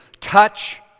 touch